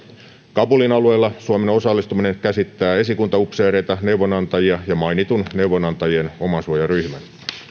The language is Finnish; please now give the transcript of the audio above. kabulin alueella suomen osallistuminen käsittää esikuntaupseereita neuvonantajia ja mainitun neuvonantajien omasuojaryhmän